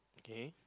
okay